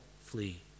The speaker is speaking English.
flee